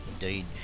indeed